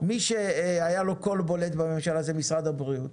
מי שהיה לו קול בולט בממשלה זה משרד הבריאות.